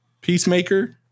Peacemaker